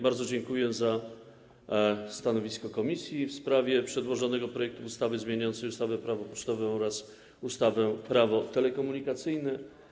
Bardzo dziękuję za stanowisko komisji w sprawie przedłożonego projektu ustawy zmieniającego ustawy Prawo pocztowe oraz Prawo telekomunikacyjne.